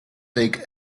take